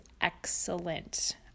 excellent